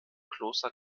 kloster